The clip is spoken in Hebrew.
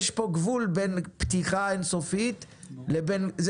יש פה גבול בין פתיחה אין-סופית לבין זה